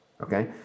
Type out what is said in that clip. okay